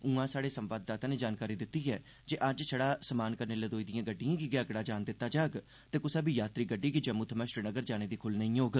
उआं स्हाड़े संवाददाता नै जानकारी दित्ती ऐ जे अज्ज छड़ा समान कन्नै लदोई दिएं गड्डिएं गी गै अगड़ा जान दित्ता जाग ते कुसा बी यात्री गड्डी गी जम्मू थमां श्रीनगर जाने दी खुल्ल नेईं होग